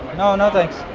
no, no thanks.